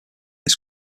this